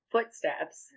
footsteps